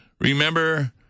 Remember